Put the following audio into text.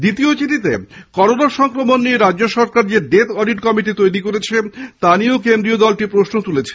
দ্বিতীয় চিঠিতে করোনা সংক্রমণ নিয়ে রাজ্যসরকার যে ডেথ অডিট কমিটি তৈরি করেছে তা নিয়েও কেন্দ্রীয় দলটি প্রশ্ন তুলেছে